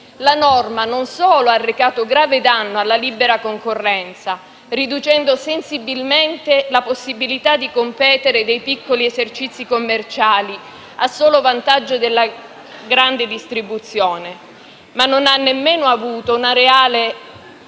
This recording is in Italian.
La norma non solo ha arrecato grave danno alla libera concorrenza, riducendo sensibilmente la possibilità di competere dei piccoli esercizi commerciali a solo vantaggio della grande distribuzione, ma non ha nemmeno avuto un reale